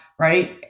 right